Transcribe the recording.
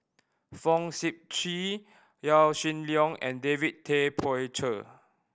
Fong Sip Chee Yaw Shin Leong and David Tay Poey Cher